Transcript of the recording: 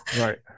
right